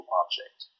object